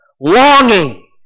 Longing